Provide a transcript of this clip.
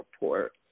report